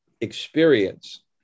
experience